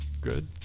good